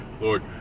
Lord